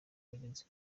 bagenzi